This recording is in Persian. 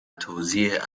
توزیع